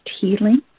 healing